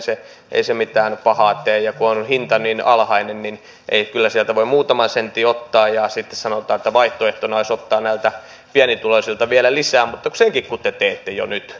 että ei se mitään pahaa tee ja kun on hinta niin alhainen niin kyllä sieltä voi muutaman sentin ottaa ja sitten sanotaan että vaihtoehtona olisi ottaa näiltä pienituloisilta vielä lisää mutta kun senkin te teette jo nyt